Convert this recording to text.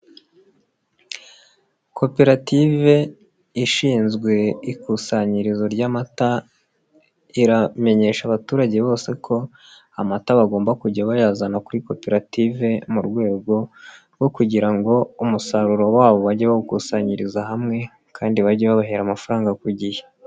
Koperative ishinzwe ikusanyirizo ry'amata, iramenyesha abaturage bose ko amata bagomba kujya bayazana kuri koperative mu rwego rwo kugira ngo umusaruro wabo bajye bawukusanyiririza hamwe, kandi bajye babahera amafaranga ku gihe.